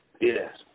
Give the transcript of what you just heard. Yes